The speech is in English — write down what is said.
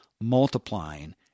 multiplying